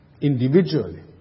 individually